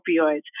opioids